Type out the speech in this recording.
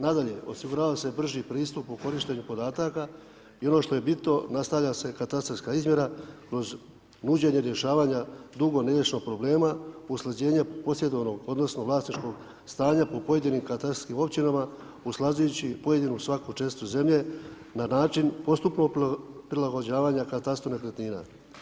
Nadalje, osigurava se brži pristup po korištenju podataka i ono što je bitno nastavlja se katastarska izmjera kroz nuđenje rješavanja dugo neriješenog problema usklađenja posjedovanog, odnosno vlasničkog stanja po pojedinim katastastarskim općinama usklađujući pojedinu svaku česticu zemlje na način postupnog prilagođavanja katastru nekretnina.